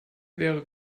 wäre